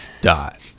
dot